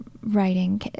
writing